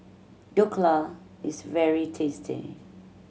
dhokla is very tasty